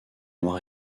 noir